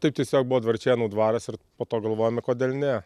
taip tiesiog buvo dvarčėnų dvaras ir po to galvojome kodėl ne